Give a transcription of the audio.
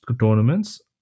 tournaments